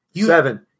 Seven